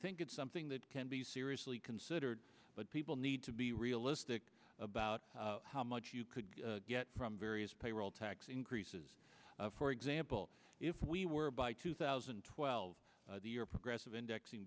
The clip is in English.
think it's something that can be seriously considered but people need to be realistic about how much you could get from various payroll tax increases for example if we were by two thousand and twelve the year progressive indexing